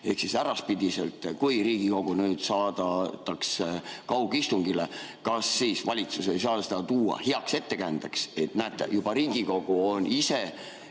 Ehk siis äraspidiselt: kui Riigikogu saadetakse kaugistungile, kas siis valitsus ei saa seda tuua heaks ettekäändeks, et näete, juba Riigikogu on